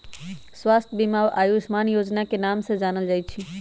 स्वास्थ्य बीमा अब आयुष्मान योजना के नाम से जानल जाई छई